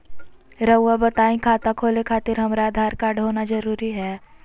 रउआ बताई खाता खोले खातिर हमरा आधार कार्ड होना जरूरी है?